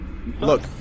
Look